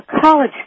college